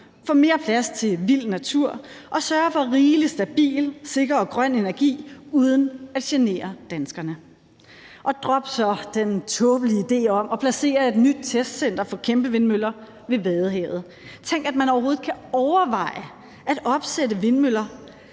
få mere plads til vild natur og sørge for rigelig, stabil, sikker og grøn energi uden at genere danskerne. Og drop så den tåbelige idé om at placere et nyt testcenter for kæmpevindmøller ved Vadehavet! Tænk, at man overhovedet kan overveje at opsætte vindmøller,